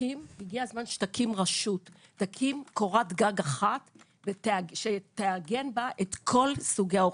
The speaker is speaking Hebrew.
הגיע הזמן שתקים קורת גג אחד שתעגן בה את כל סוגי האוכלוסייה.